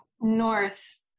north